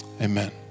amen